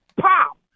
pop